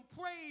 praise